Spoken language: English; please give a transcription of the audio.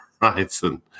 Horizon